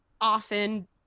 often